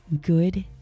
good